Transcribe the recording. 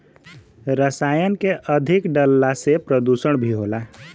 रसायन के अधिक डलला से प्रदुषण भी होला